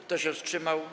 Kto się wstrzymał?